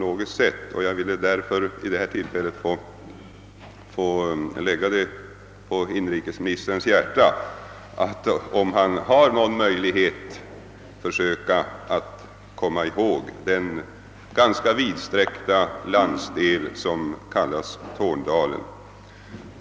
Därför har jag vid detta tillfälle velat lägga inrikesministern på hjärtat att, om han har möjligheter därtill, ägna uppmärksamhet åt den ganska vidsträckta landsdel som kallas Tornedalen.